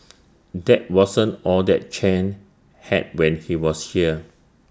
that wasn't all that Chen had when he was here